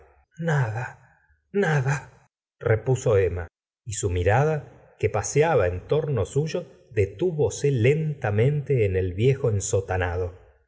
nada nada repuso emma y su mirada que paseaba en torno suyo dettivose lentamente en el viejo ensotanado miráronse cara